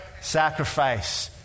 Sacrifice